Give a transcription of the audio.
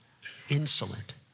insolent